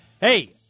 hey